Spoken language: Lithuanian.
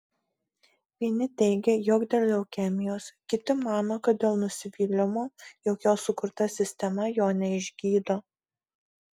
vieni teigia jog dėl leukemijos kiti mano kad dėl nusivylimo jog jo sukurta sistema jo neišgydo